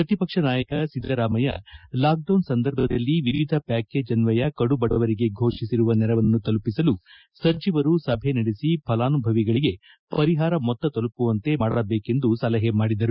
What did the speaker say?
ಪ್ರತಿ ಪಕ್ಷ ನಾಯಕ ಸಿದ್ದರಾಮಯ್ಕ ಲಾಕ್ಡೌನ್ ಸಂದರ್ಭದಲ್ಲಿ ವಿವಿಧ ಪ್ಯಾಕೇಜ್ ಅನ್ವಯ ಕಡುಬಡವರಿಗೆ ಘೋಷಿಸಿರುವ ನೆರವನ್ನು ತಲುಪಿಸಲು ಸಚಿವರು ಸಭೆ ನಡೆಸಿ ಫಲಾನುಭವಿಗಳಿಗೆ ಪರಿಹಾರ ಮೊತ್ತ ತಲುಪುವಂತೆ ಮಾಡಬೇಕೆಂದು ಸಲಹೆ ಮಾಡಿದರು